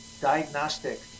diagnostic